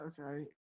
Okay